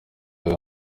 huye